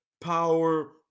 Power